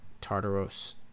tartarus